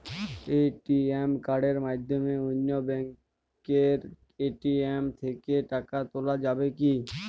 ATM কার্ডের মাধ্যমে অন্য ব্যাঙ্কের এ.টি.এম থেকে টাকা তোলা যাবে কি?